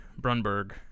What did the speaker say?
Brunberg